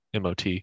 mot